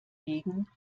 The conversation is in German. wegen